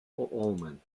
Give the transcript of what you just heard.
oldman